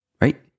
right